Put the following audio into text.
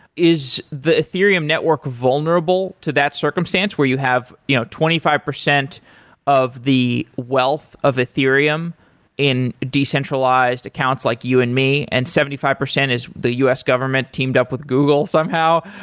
is the ethereum network vulnerable to that circumstance where you have you know twenty five percent of the wealth of ethereum in decentralized account, like you and me, and seventy five percent is the us government teamed up with google somehow?